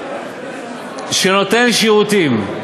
שנותן שירותים,